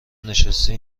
نشستی